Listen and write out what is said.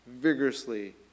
vigorously